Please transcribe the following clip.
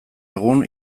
egun